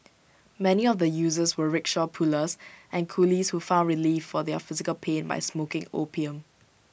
many of the users were rickshaw pullers and coolies who found relief for their physical pain by smoking opium